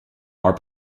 are